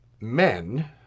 men